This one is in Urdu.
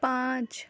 پانچ